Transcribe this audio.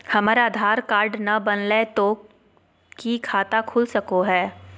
हमर आधार कार्ड न बनलै तो तो की खाता खुल सको है?